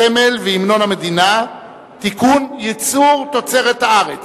הסמל והמנון המדינה (תיקון, ייצור תוצרת הארץ),